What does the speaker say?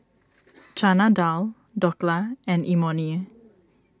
Chana Dal Dhokla and Imoni